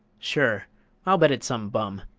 sure i'll bet it's some bum.